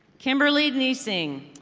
kimberly neesing.